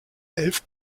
elf